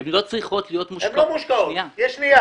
הן לא מושקעות, יש נייר.